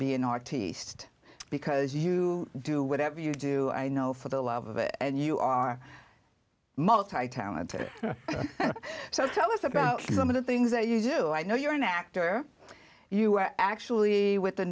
be an artist because you do whatever you do i know for the love of it and you are multi talented so tell us about some of the things that you do i know you're an actor you are actually with the